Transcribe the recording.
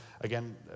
again